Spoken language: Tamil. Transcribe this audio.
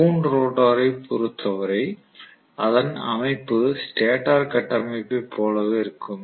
வூண்ட் ரோட்டரைப் பொருத்தவரை அதன் அமைப்பு ஸ்டேட்டர் கட்டமைப்பை போலவே இருக்கும்